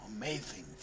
Amazing